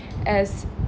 as